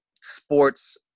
sports